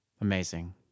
Amazing